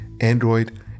Android